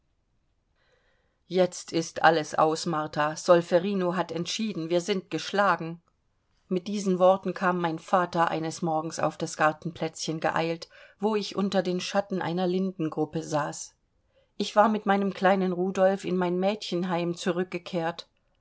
jetzt ist alles aus martha solferino hat entschieden wir sind geschlagen mit diesen worten kam mein vater eines morgens auf das gartenplätzchen geeilt wo ich unter den schatten einer lindengruppe saß ich war mit meinem kleinen rudolf in mein mädchenheim zurückgekehrt